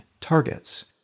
targets